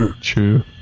true